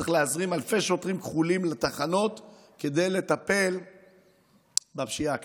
צריך להזרים אלפי שוטרים כחולים לתחנות כדי לטפל בפשיעה הקלאסית.